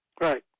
Right